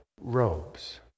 robes